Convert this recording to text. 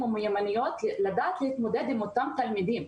ומיומנויות לדעת להתמודד עם אותם תלמידים.